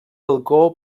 balcó